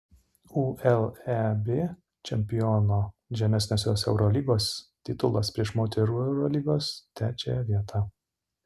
uleb čempiono žemesniosios eurolygos titulas prieš moterų eurolygos trečiąją vietą